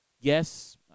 yes